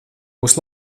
būs